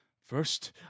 First